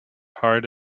hard